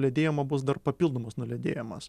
ledėjimo bus dar papildomas nuledėjemas